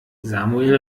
samuel